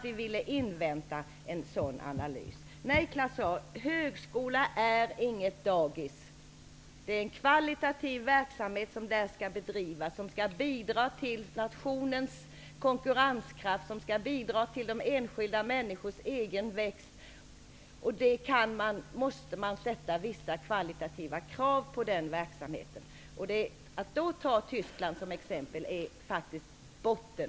Vi vill nämligen invänta analyser här. Högskolan är inget dagis, Claus Zaar! Det är en kvalitativ verksamhet som skall bedrivas inom högskolan, och denna skall bidra till att nationens konkurrenskraft ökar och att de enskilda människorna så att säga växer. Man måste därför sätta vissa kvalitativa krav på en sådan verksamhet. Att i det sammanhanget ta Tyskland som exempel tycker jag faktiskt är botten.